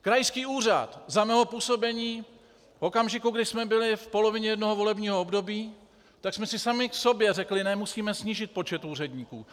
Krajský úřad za mého působení v okamžiku, kdy jsme byli v polovině jednoho volebního období, tak jsme si sami k sobě řekli: ne, musíme snížit počet úředníků!